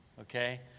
Okay